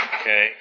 Okay